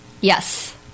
Yes